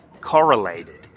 correlated